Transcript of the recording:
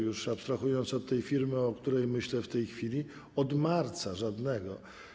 już abstrahując od tej firmy, o której myślę w tej chwili, od marca - żadnego.